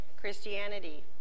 Christianity